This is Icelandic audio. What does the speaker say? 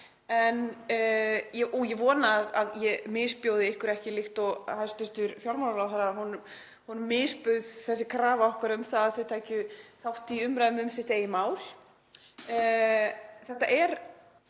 Ég vona að ég misbjóði ykkur ekki líkt og þegar hæstv. fjármálaráðherra misbauð þessi krafa okkar um að þau tækju þátt í umræðum um sitt eigið mál. Þetta er